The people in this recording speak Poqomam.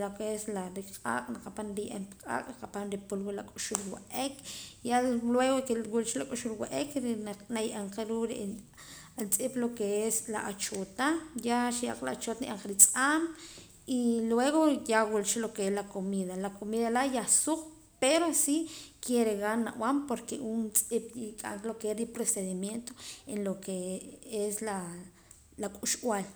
lo que es la q'aaq' rikapaam riye'ra q'aaq' rikapaam ri pulwaa k'uxb'al wa'ak ya luego de que wula cha la k'uxb'al wa'ak na ye'em ruu' la juntz'ip lo que es la choota ya sa ye'ka la choota naye'eem la lo que es la atz'aam y luego wula cha lo que es la comida la comida laa' yah suq pero sí quiere gana nab'an porque um tz'ip riq'anqa procedimiento en lo que es la k'uxb'al.